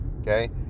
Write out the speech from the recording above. okay